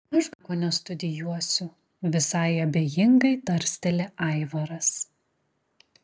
aš gal nieko nestudijuosiu visai abejingai tarsteli aivaras